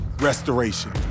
restoration